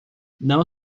não